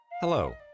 Hello